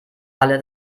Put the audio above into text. alle